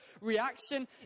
reaction